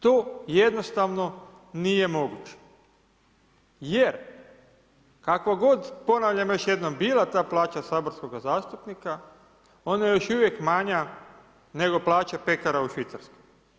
To jednostavno nije moguće jer kakva god, ponavljam još jednom, bila ta plaća saborskoga zastupnika ona je još uvijek manja nego plaća pekara u Švicarskoj.